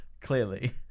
clearly